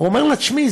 הוא אומר לה: תשמעי,